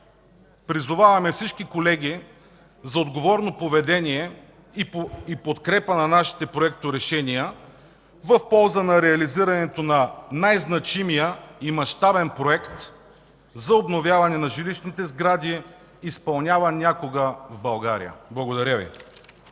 Призоваваме всички колеги за отговорно поведение и подкрепа на нашите проекторешения в полза на реализирането на най-значимия и мащабен проект за обновяване на жилищните сгради, изпълняван някога в България. Благодаря Ви.